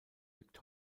wirkt